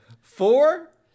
four